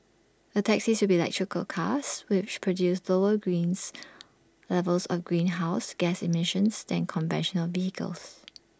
the taxis will be electric cars which produce lower greens levels of greenhouse gas emissions than conventional vehicles